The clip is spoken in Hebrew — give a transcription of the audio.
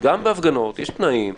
גם בהפגנות יש תנאים.